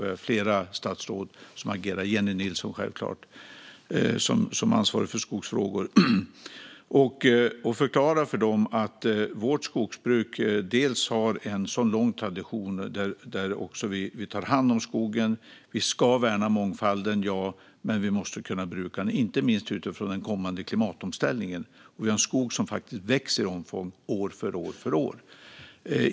Vi är flera statsråd som agerar, självklart bland annat Jennie Nilsson, som är ansvarig för skogsfrågor. Vi förklarar att vårt skogsbruk har en lång tradition av att ta hand om skogen. Vi ska värna mångfalden, ja, men vi måste också kunna bruka skogen - inte minst utifrån den kommande klimatomställningen. Vi har dessutom en skog som faktiskt växer i omfång år efter år.